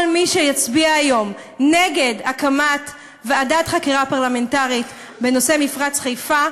כל מי שיצביע היום נגד הקמת ועדת חקירה פרלמנטרית בנושא מפרץ חיפה,